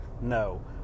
No